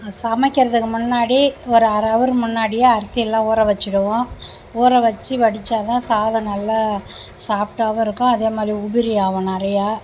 நான் சமைக்கிறதுக்கு முன்னாடி ஒரு அரை அவர் முன்னாடியே அரிசியெலாம் ஊற வச்சுடுவோம் ஊற வச்சு வடித்தாதான் சாதம் நல்லா சாஃப்ட்டாகவும் இருக்கும் அதே மாதிரி உதிரியாகவும் நிறையா